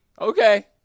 Okay